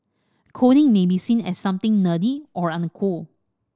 coding may be seen as something nerdy or uncool